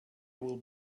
will